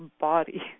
body